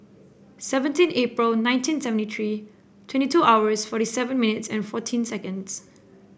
seventeen April nineteen seventy three twenty two hours forty seven minutes and fourteen seconds